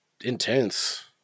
intense